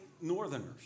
northerners